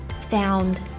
found